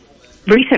recent